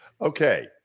Okay